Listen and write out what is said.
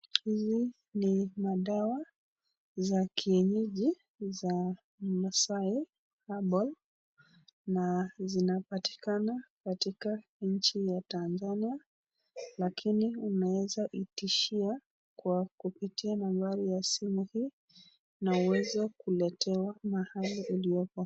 Hizi ni madawa za kienyeji za Masai Herbal na zinapatikana katika nchi ya Tanzania lakini unaweza itishia kwa kupitia nambari ya simu hii na uweze kuletewa mahali uliopo.